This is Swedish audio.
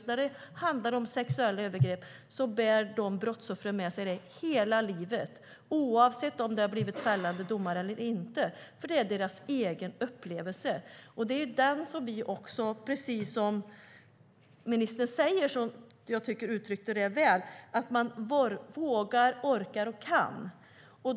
När det handlar om sexuella övergrepp bär brottsoffren med sig upplevelsen hela livet, oavsett om det har blivit fällande dom eller inte, för det är deras egen upplevelse. Jag tyckte att ministern uttryckte det väl, att det handlar om att man vågar, orkar och kan.